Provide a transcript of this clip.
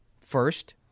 first